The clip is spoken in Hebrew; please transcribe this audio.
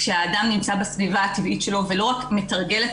כשהאדם נמצא בסביבה הטבעית שלו ולא רק מתרגל את